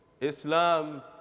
Islam